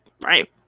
Right